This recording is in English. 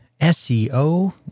SEO